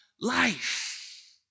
life